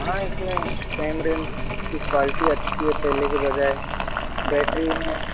हाँ इसमे कैमरे क्वालिटी अच्छी है पहले के बजाय बैटरी में